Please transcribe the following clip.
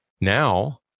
Now